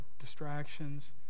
distractions